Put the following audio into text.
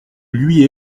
lui